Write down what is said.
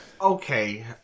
okay